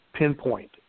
pinpoint